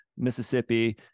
mississippi